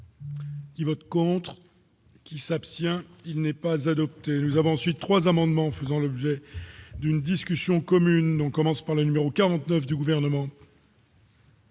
Qui vote contre. Qui s'abstient, il n'est pas adoptée, nous avons ensuite 3 amendements faisant l'objet d'une discussion commune, on commence par le numéro 49 du gouvernement.